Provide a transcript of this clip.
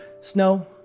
snow